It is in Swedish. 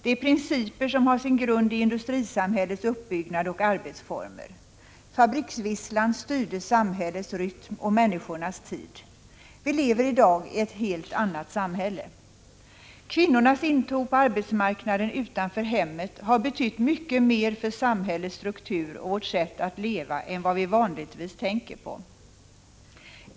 Det är principer som har sin grund i industrisamhällets uppbyggnad och arbetsformer. Fabriksvisslan styrde samhällets rytm och människornas tid. Vileveri dagi ett helt annat samhälle. Kvinnornas intåg på arbetsmarknaden utanför hemmet har betytt mycket mer för samhällets struktur och vårt sätt att leva än vad vi vanligtvis tänker på.